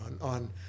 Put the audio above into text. on